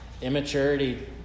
immaturity